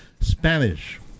Spanish